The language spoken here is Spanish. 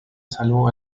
salvo